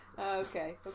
Okay